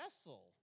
vessel